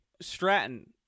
Stratton